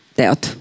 teot